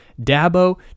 Dabo